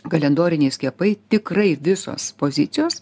kalendoriniai skiepai tikrai visos pozicijos